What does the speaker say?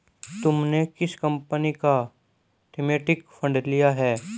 तुमने किस कंपनी का थीमेटिक फंड लिया है?